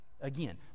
again